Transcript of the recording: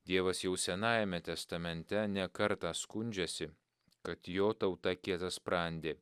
dievas jau senajame testamente ne kartą skundžiasi kad jo tauta kietasprandė